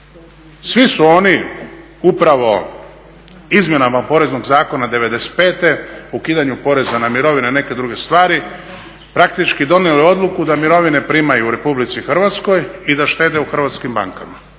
Svi su oni upravo izmjenama poreznog zakona '95. ukidanjem poreza na mirovine na neke druge stvari praktički donijeli odluku da mirovine primaju u Republici Hrvatskoj i da štede u hrvatskim bankama.